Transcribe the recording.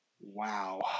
Wow